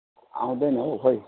आउँदैन हौ खोइ